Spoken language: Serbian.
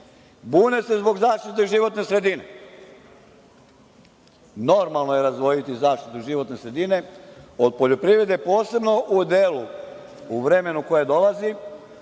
Bune se zbog zaštite životne sredine. Normalno je izdvojiti zaštitu životne sredine od poljoprivrede, posebno u delu u vremenu koje dolazi,